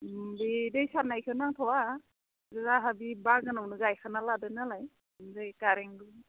बि दै सारनायखौ नांथ'आ जाहा बे बागानावनो गायखाना लादों नालाय ओमफ्राय कारेन्ट